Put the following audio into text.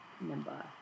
number